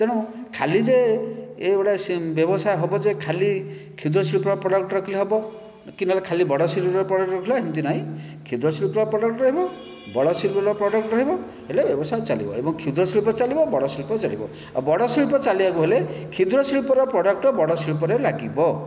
ତେଣୁ ଖାଲି ଯେ ଏଗୁଡ଼େ ସେ ବ୍ୟବସାୟ ହେବ ଯେ ଖାଲି କ୍ଷୁଦ୍ର ଶିଳ୍ପର ପ୍ରଡ଼କ୍ଟ ରଖିଲେ ହେବ କି ନହେଲେ ଖାଲି ବଡ଼ ଶିଳ୍ପର ପ୍ରଡ଼କ୍ଟ ରଖିଲେ ସେମିତି ନାହିଁ କ୍ଷୁଦ୍ର ଶିଳ୍ପର ପ୍ରଡ଼କ୍ଟ ରହିବ ବଡ଼ ଶିଳ୍ପର ପ୍ରଡ଼କ୍ଟ ରହିବ ହେଲେ ବ୍ୟବସାୟ ଚାଲିବ ଏବଂ କ୍ଷୁଦ୍ର ଶିଳ୍ପ ଚାଲିବ ବଡ଼ ଶିଳ୍ପ ଚାଲିବ ଆଉ ବଡ଼ ଶିଳ୍ପ ଚାଲିବାକୁ ହେଲେ କ୍ଷୁଦ୍ର ଶିଳ୍ପର ପ୍ରଡ଼କ୍ଟ ବଡ଼ ଶିଳ୍ପରେ ଲାଗିବ